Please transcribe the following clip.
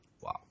wow